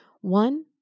One